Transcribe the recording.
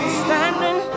standing